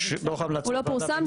הוא לא פורסם.